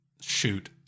shoot